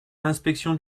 l’inspection